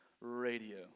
radio